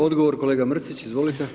Odgovor, kolega Mrsić, izvolite.